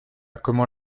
comment